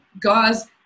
gauze